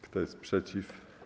Kto jest przeciw?